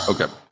Okay